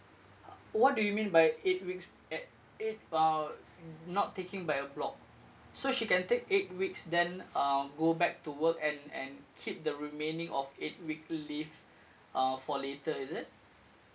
ah what do you mean by eight weeks at eight while n~ not taking by a block so she can take eight weeks then um go back to work and and keep the remaining of eight week leaves ah for later is it